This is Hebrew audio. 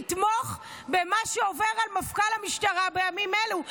לתמוך במה שעובר על מפכ"ל המשטרה בימים אלו.